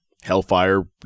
hellfire